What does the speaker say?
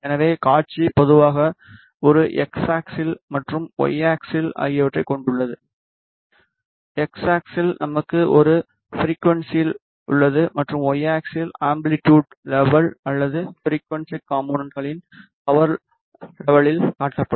எனவே காட்சி பொதுவாக ஒரு எக்ஸ் ஆக்ஸிஸ் மற்றும் ஒய் ஆக்ஸிஸ் ஆகியவற்றைக் கொண்டுள்ளது எக்ஸ் ஆக்ஸிஸ் நமக்கு ஒரு ஃபிரிக்குவன்ஸியில் உள்ளது மற்றும் ஒய் ஆக்ஸிஸ் அம்பிலிட்டுட் லெவல் அல்லது ஃபிரிக்குவன்ஸி காம்போனென்ட்களின் பவர் லெவலில் காட்டப்படும்